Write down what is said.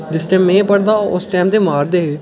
जिस टैम में पढ़दा हा उस टैम ते मारदे बी हे